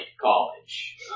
college